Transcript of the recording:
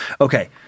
Okay